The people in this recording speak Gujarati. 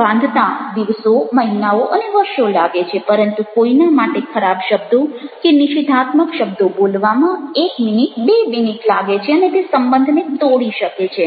બાંધતા દિવસો મહિનાઓ અને વર્ષો લાગે છે પરંતુ કોઈના માટે ખરાબ શબ્દો કે નિષેધાત્મક શબ્દો બોલવામાં એક મિનિટ બે મિનિટ લાગે છે અને તે સંબંધને તોડી શકે છે